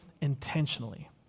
intentionally